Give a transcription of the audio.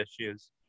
issues